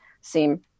seem